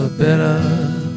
better